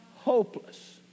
hopeless